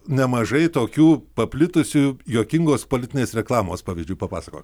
nemažai tokių paplitusių juokingos politinės reklamos pavyzdžių papasakok